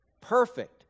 Perfect